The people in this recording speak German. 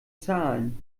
zahlen